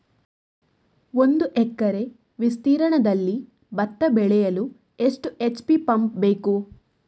ಒಂದುಎಕರೆ ವಿಸ್ತೀರ್ಣದಲ್ಲಿ ಭತ್ತ ಬೆಳೆಯಲು ಎಷ್ಟು ಎಚ್.ಪಿ ಪಂಪ್ ಬೇಕು?